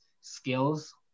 skills